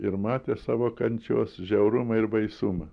ir matė savo kančios žiaurumą ir baisumą